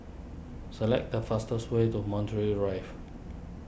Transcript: select the fastest way to Montreal Drive